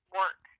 work